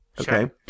Okay